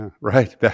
right